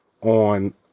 on